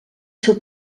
seu